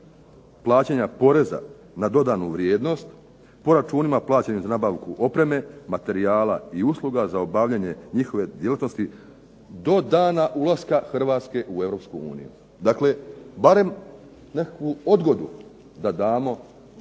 plaćanja poreza na dodanu vrijednost po računima plaćenim za nabavku opreme, materijala i usluga za obavljanje njihove djelatnosti do dana ulaska Hrvatske u Europsku uniju. Dakle, barem nekakvu odgodu da damo,